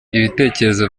ibitekerezo